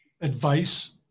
advice